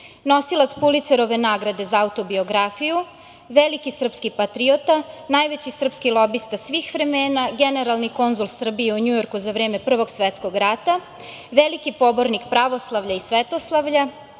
nosilac Pulicerove nagrade za autobiografiju, veliki srpski patriota, najveći srpski lobista svih vremena i Generalni konzul Srbije u Njujorku za vreme Prvog svetskog rata, veliki pobornik pravoslavlja i svetosavlja,